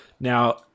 Now